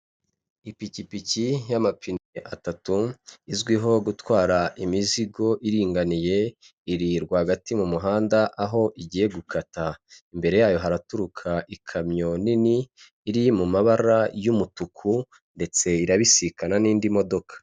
Ipikipiki y'amapine atatu izwiho gutwara imizigo iringaniye, iri rwagati mu muhanda, aho igiye gukata. Imbere yayo haraturuka ikamyo nini iri mu mabara y'umutuku ndetse irabisikana n'indi modoka.